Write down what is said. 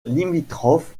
limitrophe